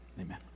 Amen